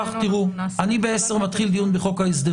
מבחינתנו אנחנו נעשה הכול --- בשעה עשר אני אתחיל דיון בחוק ההסדרים.